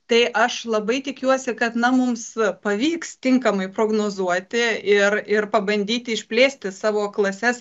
tai aš labai tikiuosi kad na mums pavyks tinkamai prognozuoti ir ir pabandyti išplėsti savo klases